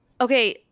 Okay